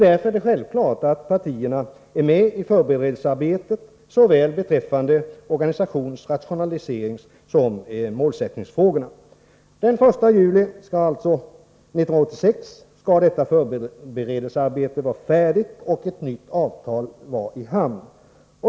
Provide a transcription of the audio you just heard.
Därför är det självklart att partierna är med i förberedelsearbetet såväl beträffande organisationsoch rationaliseringsfrågorna som beträffande målsättningsfrågorna. Den 1 juli 1986 skall detta förberedelsearbete vara färdigt och ett nytt avtal vara i hamn.